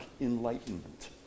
Enlightenment